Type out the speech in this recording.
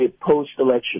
post-election